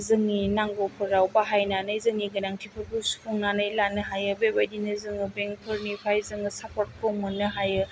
जोंनि नांगौफोराव बाहायनानै जोंनि गोनांथिफोरखौ सुफुंनानै लानो हायो बेबायदिनो जोङो बेंकफोरनिफ्राय जोङो साप्पर्त खौ मोननो हायो